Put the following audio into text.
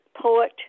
Poet